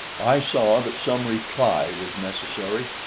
i saw that some reply was necessary,